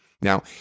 Now